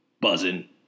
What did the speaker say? buzzing